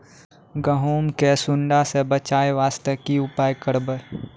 गहूम के सुंडा से बचाई वास्ते की उपाय करबै?